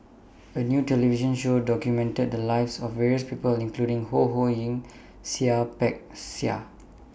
A New television Show documented The Lives of various People including Ho Ho Ying and Seah Peck Seah